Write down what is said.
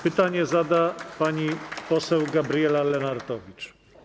Pytanie zada pani poseł Gabriela Lenartowicz.